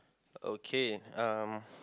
okay um